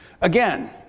Again